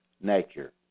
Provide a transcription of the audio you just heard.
nature